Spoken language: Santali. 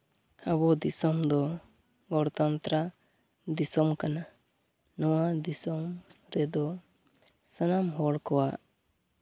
ᱟᱵᱚ ᱫᱤᱥᱚᱢ ᱫᱚ ᱜᱚᱱᱚᱛᱚᱱᱛᱨᱚ ᱫᱤᱥᱚᱢ ᱠᱟᱱᱟ ᱱᱚᱣᱟ ᱫᱤᱥᱚᱢ ᱨᱮᱫᱚ ᱥᱟᱱᱟᱢ ᱦᱚᱲ ᱠᱚᱣᱟᱜ